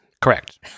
Correct